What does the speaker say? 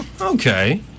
Okay